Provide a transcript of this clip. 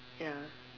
ya